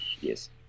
yes